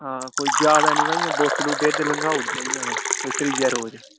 हां कोई ज्यादा नी भई इयां बोतलु डे लंगाऊ ओड़ेदे इयां कोई त्रीऐ रोज